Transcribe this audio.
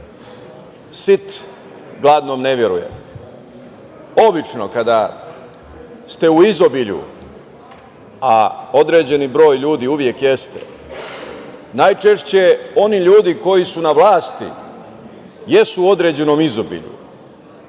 gladnom ne veruje. Obično kada ste u izobilju, a određeni broj ljudi uvek jeste, najčešće oni ljudi koji su na vlasti jesu u određenom izobilju,